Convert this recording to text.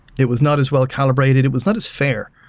it was not as well calibrated. it was not as fair.